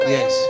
Yes